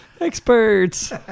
experts